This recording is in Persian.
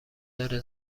داره